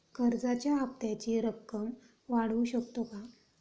कर्जाच्या हप्त्याची रक्कम वाढवू शकतो का?